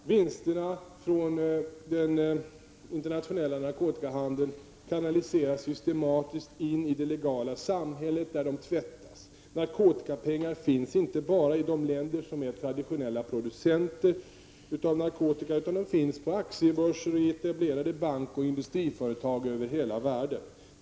Vinsterna från narkotikahandeln kanaliseras systematiskt in i det legala samhället där de tvättas. Narkotikapengar finns inte bara i de länder som är traditionella producenter av narkotika, utan de finns på aktiebörser och i etablerade bankoch industriföretag över hela världen.